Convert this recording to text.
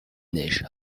neige